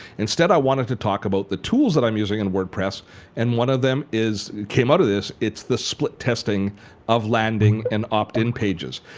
instead i wanted to talk about the tools that i am using in wordpress and one of them came out of this, it's the split testing of landing and opt-in pages,